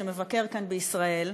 שמבקר כאן בישראל,